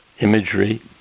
imagery